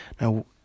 Now